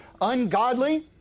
ungodly